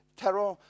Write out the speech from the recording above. terror